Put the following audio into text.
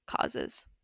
causes